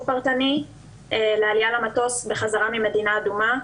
פרטני לעלייה למטוס בחזרה ממדינה אדומה.